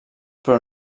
però